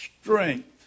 strength